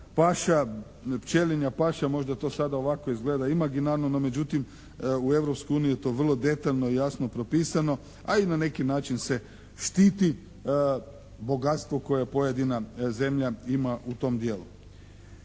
paša, pčelinja paša. Možda to sada ovako izgleda imaginarno, no međutim u Europskoj uniji je to vrlo detaljno i jasno propisano a i na neki način se štiti bogatstvo koje pojedina zemlja ima u tom dijelu.